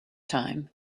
time